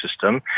system